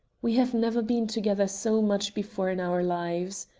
we have never been together so much before in our lives.